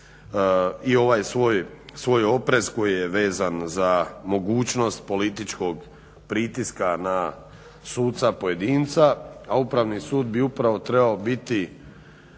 i ovaj svoj oprez koji je vezan za mogućnost političkog pritiska na suca pojedinca, a upravni sud bi upravo trebao biti